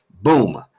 Boom